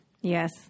Yes